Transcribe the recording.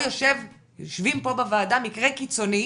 יושבים פה בוועדה מקרה קיצוני,